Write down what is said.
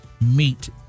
meet